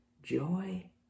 joy